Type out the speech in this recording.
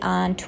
on